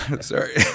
Sorry